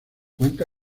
cuenta